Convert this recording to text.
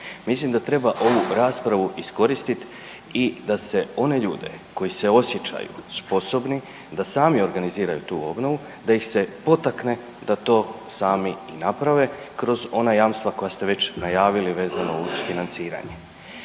Mislim da treba ovu raspravu iskoristit i da se one ljude koji se osjećaju sposobni da sami organiziraju tu obnovu, da ih se potakne da to sami i naprave kroz ona jamstva koja ste već najavili vezano uz financiranje.